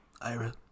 Ira